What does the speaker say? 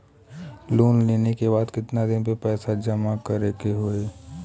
Loan लेले के बाद कितना दिन में पैसा जमा करे के होई?